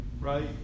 Right